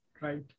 Right